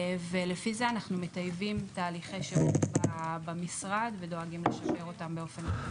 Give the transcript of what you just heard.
ולפי זה אנחנו מטייבים תהליכי שירות במשרד ודואגים לשפר אותם.